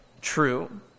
true